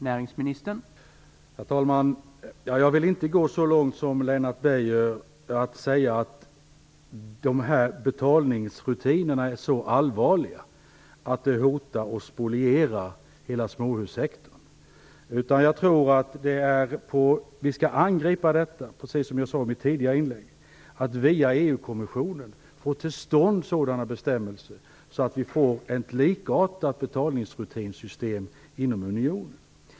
Herr talman! Jag vill inte gå så långt som Lennart Beijer och säga att bristerna i betalningsrutinerna är så allvarliga att det hotar att spoliera hela småhussektorn. Jag tror, precis som jag sade vid ett tidigare inlägg, att vi skall angripa detta genom att via EU kommissionen få till stånd bestämmelser som gör att vi får ett likartat system för betalningsrutiner inom hela unionen.